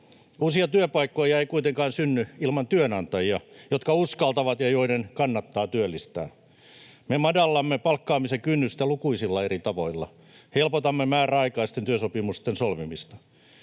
Uusia työpaikkoja ei kuitenkaan synny ilman työnantajia, jotka uskaltavat ja joiden kannattaa työllistää. Me madallamme palkkaamisen kynnystä lukuisilla eri tavoilla. Helpotamme määräaikaisten työsopimusten solmimista.